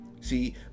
See